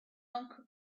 uncle